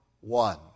one